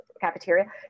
cafeteria